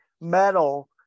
metal